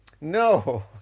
No